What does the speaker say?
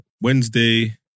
Wednesday